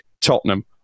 Tottenham